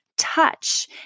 touch